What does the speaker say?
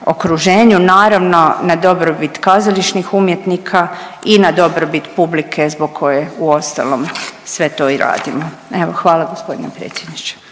okruženju, naravno na dobrobit kazališnih umjetnika i na dobrobit publike zbog koje uostalom sve to i radimo. Evo hvala g. predsjedniče.